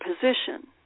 position